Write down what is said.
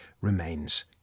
remains